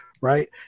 right